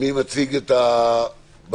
מי מציג את הבקשה?